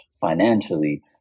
financially